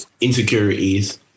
insecurities